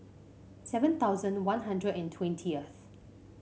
seven thousand One Hundred and twentyth